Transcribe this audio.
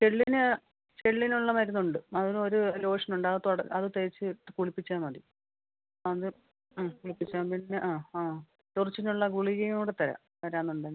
ഷെള്ളിന് ഷെള്ളിനുള്ള മരുന്നുണ്ട് അത് ഒരു ലോഷനുണ്ട് അത് തൊട അത് തേച്ച് കുളിപ്പിച്ചാൽ മതി അത് ആ കുളിപ്പിച്ചാൽ പിന്നെ ആ ആ ചൊറിച്ചിനുള്ള ഗുളികയും കൂടെ തരാം വരാമെന്നുണ്ടെങ്കിൽ